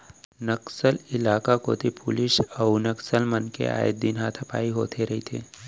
नक्सल इलाका कोती पुलिस अउ नक्सल मन के आए दिन हाथापाई होथे रहिथे